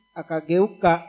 akageuka